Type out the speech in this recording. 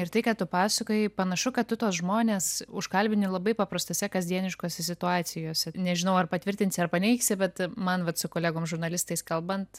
ir tai ką tu pasakojai panašu kad tu tuos žmones užkalbini labai paprastose kasdieniškose situacijose nežinau ar patvirtinsi ar paneigsi bet man vat su kolegom žurnalistais kalbant